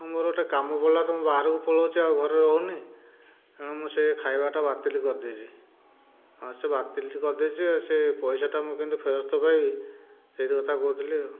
ମୋର ଗୋଟିଏ କାମ ପଡ଼ିଲା ତ ମୁଁ ବାହାରକୁ ପଳଉଛି ଆଉ ଘରେ ରହୁନି ତେଣୁ ମୁଁ ସେ ଖାଇବାଟା ବାତିଲ କରିଦେଇଛି ହଁ ସେ ଟି ବାତିଲ କରିଦେଇଛି ଆଉ ସେ ପଇସାଟା ମୁଁ କେମିତି ଫେରସ୍ତ ପାଇବି ସେଇଟା କଥା କହୁଥିଲି ଆଉ